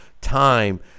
time